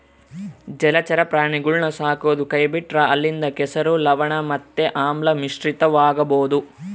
ಜಲಚರ ಪ್ರಾಣಿಗುಳ್ನ ಸಾಕದೊ ಕೈಬಿಟ್ರ ಅಲ್ಲಿಂದ ಕೆಸರು, ಲವಣ ಮತ್ತೆ ಆಮ್ಲ ಮಿಶ್ರಿತವಾಗಬೊದು